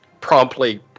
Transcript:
Promptly